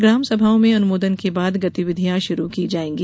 ग्राम सभाओं में अनुमोदन के बाद गतिविधियाँ शुरू की जायेगी